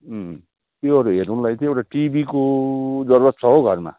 त्योहरू हेर्नुको लागि चाहिँ एउटा टिभीको जरुरत छ हौ घरमा